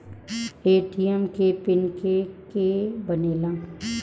ATM के pin के के बनेला?